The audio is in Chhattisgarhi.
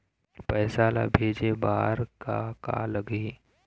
पैसा ला भेजे बार का का लगही?